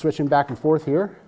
switching back and forth here